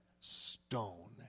stone